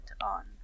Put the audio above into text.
on